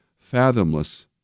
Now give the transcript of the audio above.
fathomless